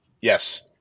yes